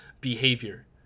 behavior